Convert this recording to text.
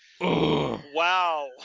wow